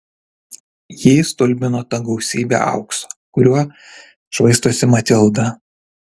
jį stulbino ta gausybė aukso kuriuo švaistosi matilda